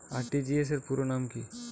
RTGS র পুরো নাম কি?